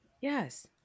Yes